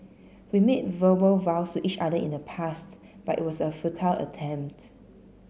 we made verbal vows to each other in the past but it was a futile attempt